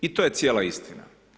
I to je cijela istina.